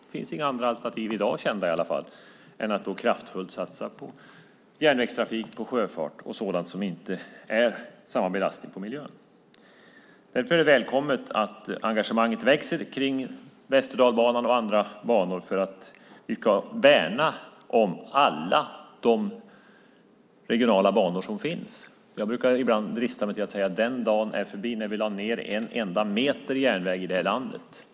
Det finns inga andra alternativ kända i dag än att kraftfullt satsa på järnvägstrafik och sjöfart och sådant som inte innebär så stor belastning på miljön. Det är välkommet att engagemanget för Västerdalsbanan och andra banor växer. Vi ska värna om alla de regionala banor som finns. Jag brukar drista mig till att säga att den dag måste vara förbi när vi lägger ned en enda meter järnväg i det här landet.